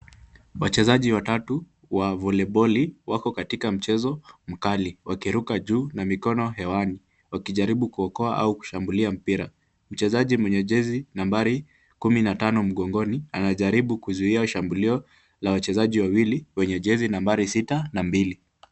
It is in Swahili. Wachezaji watatu wa voliboli wako katika mchezo mkali, wakiruka juu na mikono hewani, wakijaribu kuokoa au kushambulia mpira. Mchezaji mwenye jezi kumi na tano mgongoni, anajaribu kuzuia shambulio la wachezaji wawili wenye jezi nambari sita na mbili.